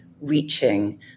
reaching